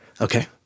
Okay